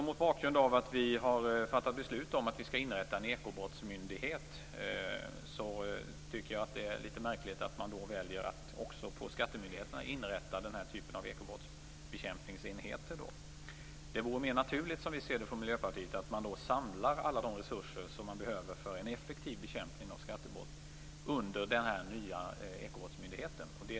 Mot bakgrund av att vi har fattat beslut om att vi skall inrätta en ekobrottsmyndighet tycker jag även att det är litet märkligt att man väljer att också på skattemyndigheterna inrätta den här typen av ekobrottsbekämpningsenheter. Det vore mer naturligt, som vi i Miljöpartiet ser det, att man samlar alla de resurser man behöver för en effektiv bekämpning av skattebrott under den nya ekobrottsmyndigheten.